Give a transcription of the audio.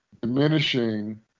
diminishing